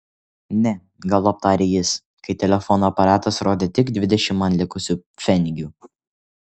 ne galop tarė jis kai telefono aparatas rodė tik dvidešimt man likusių pfenigų